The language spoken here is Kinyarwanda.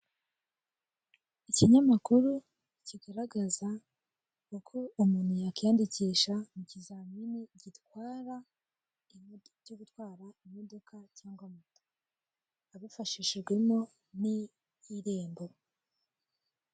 Ikinyamakuru kigaragaza uko umuntu yakwiyandikisha mu kizamini gitwara ibyo gutwara imodoka cyangwa moto abifashishijwemo n''irembo.